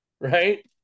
right